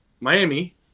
Miami